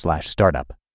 startup